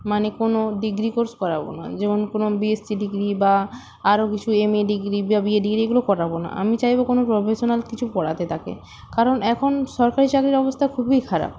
মানে কোনো degree course করাবো না যেমন কোনো বি এস সি ডিগ্রি বা আরও কিছু এম এ ডিগ্রি বা বি এ ডিগ্রি এগুলো করাবো না আমি চাইবো কোনো প্রফেশানাল কিছু পড়াতে তাকে কারণ এখন সরকারি চাকরির অবস্থা খুবই খারাপ